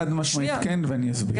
חד משמעית כן ואני אסביר.